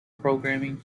programming